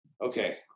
okay